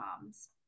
moms